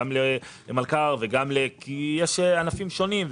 גם למלכ"ר כי ענפים שונים,